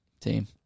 team